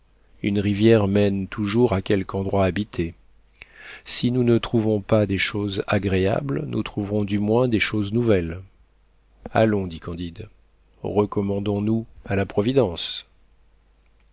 une rivière mène toujours à quelque endroit habité si nous ne trouvons pas des choses agréables nous trouverons du moins des choses nouvelles allons dit candide recommandons nous à la providence